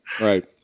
right